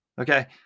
okay